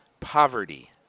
Poverty